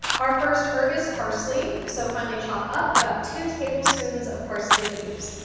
our first herb is parsley, so finely chop up about two tablespoons of parsley leaves.